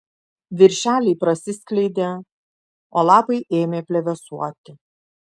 viršeliai prasiskleidė o lapai ėmė plevėsuoti